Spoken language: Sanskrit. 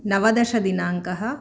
नवदशदिनाङ्कः